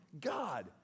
God